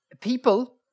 People